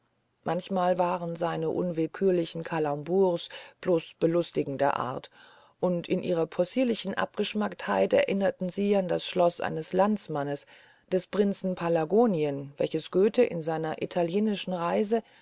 manchmal waren seine unwillkürlichen calembours bloß belustigender art und in ihrer possierlichen abgeschmacktheit erinnerten sie an das schloß seines landsmannes des prinzen pallagonien welches goethe in seiner italienischen reise